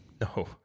No